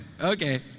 Okay